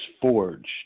forged